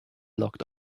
locked